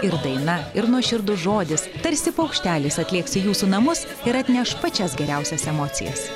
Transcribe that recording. ir daina ir nuoširdus žodis tarsi paukštelis atlėks į jūsų namus ir atneš pačias geriausias emocijas